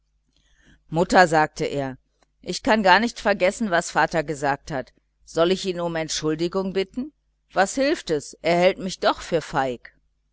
mutter sagte er ich kann gar nicht vergessen was der vater zu mir gesagt hat soll ich ihn um entschuldigung bitten was hilft es aber er hält mich doch für feig